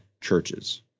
churches